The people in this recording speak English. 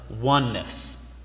oneness